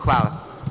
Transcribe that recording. Hvala.